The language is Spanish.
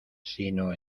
sino